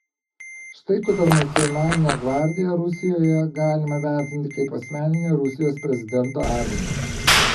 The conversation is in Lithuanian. štai kodėl nacionalinę gvardiją rusijoje galima vertinti kaip asmeninę rusijos prezidento armiją